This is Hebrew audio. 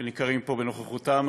שניכרים פה בנוכחותם,